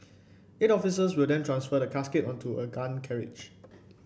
eight officers will then transfer the casket onto a gun carriage